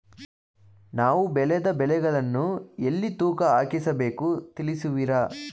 ನಾವು ಬೆಳೆದ ಬೆಳೆಗಳನ್ನು ಎಲ್ಲಿ ತೂಕ ಹಾಕಿಸಬೇಕು ತಿಳಿಸುವಿರಾ?